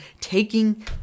taking